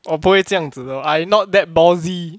我不会这样子的 I not that ballsy